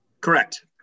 Correct